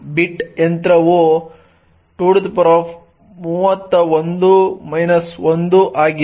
ಬಿಟ್ ಯಂತ್ರವು 231 1 ಆಗಿದೆ